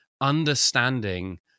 understanding